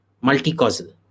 Multi-causal